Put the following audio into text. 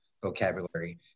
vocabulary